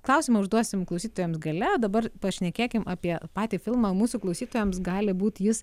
klausimą užduosim klausytojams gale dabar pašnekėkim apie patį filmą mūsų klausytojams gali būt jis